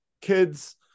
Kids